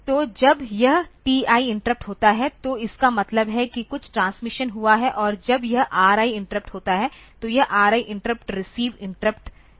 तो जब यह TI इंटरप्ट होता है तो इसका मतलब है कि कुछ ट्रांसमिशन हुआ है और जब यह RI इंटरप्ट होता है तो यह RI इंटरप्ट रिसीव इंटरप्ट होता है